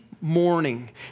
morning